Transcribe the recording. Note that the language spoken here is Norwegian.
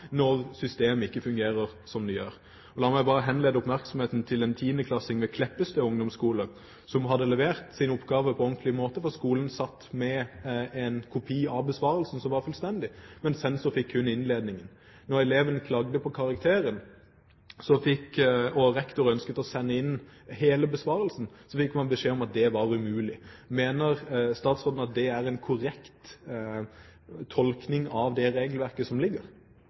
når systemet ikke fungerer som det skal. La meg bare henlede oppmerksomheten på en tiendeklassing ved Kleppestø ungdomsskole som hadde levert sin oppgave på ordentlig måte. Skolen satt med en kopi av besvarelsen som var fullstendig, men sensor fikk kun innledningen. Da eleven klagde på karakteren og rektor ønsket å sende inn hele besvarelsen, fikk man beskjed om at det var umulig. Mener statsråden at det er en korrekt tolkning av det regelverket som